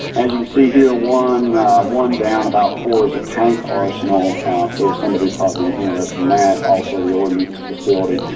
as you can see here, one one down about four is a tank arsenal so sort of somebody probably interested in that, also the ordinance facility.